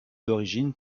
d’origine